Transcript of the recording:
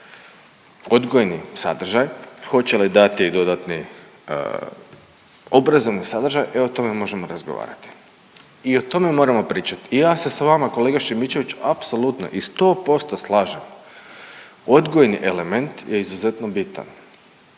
odgojni sadržaj, hoće li dati dodatni obrazovni sadržaj, e o tome možemo razgovarati i o tome moramo pričat. I ja se s vama kolega Šimičević apsolutno i 100% slažem, odgojni element je izuzetno bitan